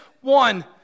one